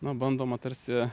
na bandoma tarsi